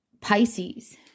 Pisces